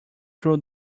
through